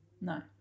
no